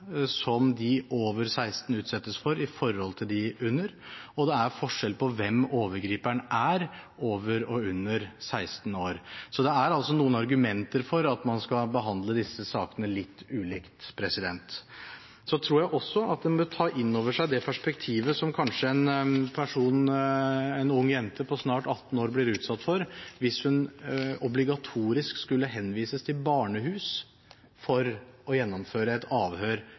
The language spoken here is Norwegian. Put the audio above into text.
som de under 16 utsettes for, og det er forskjell på hvem overgriperen er – med tanke på over og under 16 år. Så det er altså noen argumenter for at man skal behandle disse sakene litt ulikt. Så tror jeg man også bør ta inn over seg det perspektivet som en ung jente på snart 18 år kanskje blir utsatt for hvis hun – obligatorisk – skulle henvises til barnehus for å gjennomføre et avhør